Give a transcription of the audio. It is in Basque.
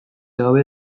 gabe